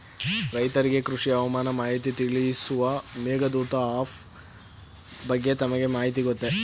ರೈತರಿಗೆ ಕೃಷಿ ಹವಾಮಾನ ಮಾಹಿತಿ ತಿಳಿಸುವ ಮೇಘದೂತ ಆಪ್ ಬಗ್ಗೆ ತಮಗೆ ಮಾಹಿತಿ ಗೊತ್ತೇ?